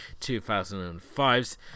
2005's